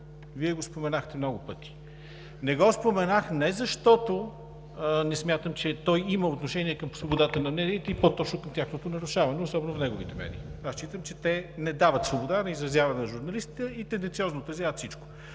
Вие го споменахте много пъти. Не го споменах не защото не смятам, че той има отношение към свободата на медиите и по точно към тяхното нарушаване, особено в неговите медии – считам, че те не дават свобода на изразяване на журналистите и тенденциозно отразяват всичко,